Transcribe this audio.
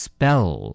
Spell